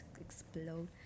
explode